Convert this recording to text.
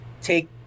take